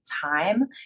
time